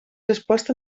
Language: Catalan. resposta